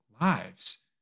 lives